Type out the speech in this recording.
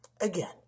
Again